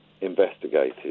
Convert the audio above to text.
investigated